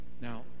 Now